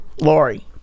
Lori